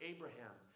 Abraham